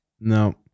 no